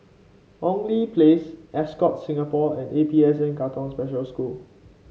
Hong Lee Place Ascott Singapore and A P S N Katong Special School